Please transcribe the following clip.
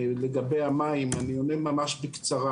לגבי המים, אני אומר ממש בקצרה